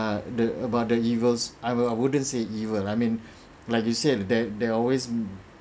uh the about the evils I will I wouldn't say even I mean like you said that there are always